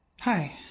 Hi